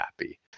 happy